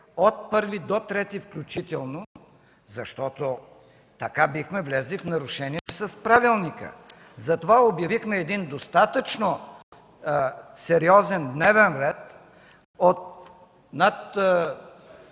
от 1 до 3 август включително, защото така бихме влезли в нарушение с правилника. Затова обявихме един достатъчно сериозен дневен ред от над